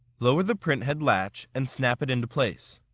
lower the print head latch and snap it into place.